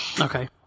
Okay